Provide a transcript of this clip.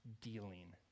dealing